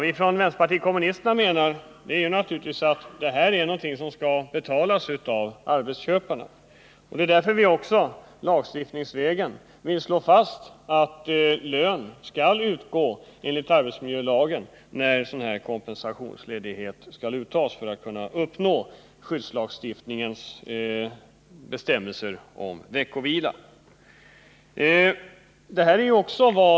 Vi från vänsterpartiet kommunisterna menar att denna ledighet naturligtvis skall betalas av arbetsköparna. Det är anledningen till att vi lagstiftningsvägen vill slå fast att lön skall utgå enligt arbetsmiljölagen när kompensationsledighet tas ut för att man skall kunna uppfylla skyddslagstiftningens bestämmelser om veckovila.